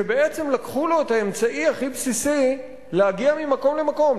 שבעצם לקחו לו את האמצעי הכי בסיסי להגיע ממקום למקום,